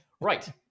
Right